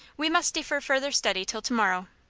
we must defer further study till to-morrow.